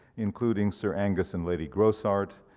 including sir angus and lady grossart,